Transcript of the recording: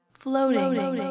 floating